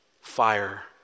Fire